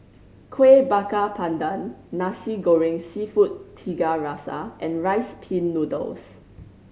Kueh Bakar Pandan Nasi Goreng Seafood Tiga Rasa and Rice Pin Noodles